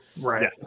Right